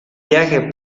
viaje